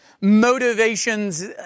motivations